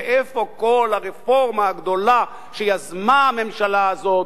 ואיפה כל הרפורמה הגדולה שיזמה הממשלה הזאת?